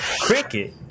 cricket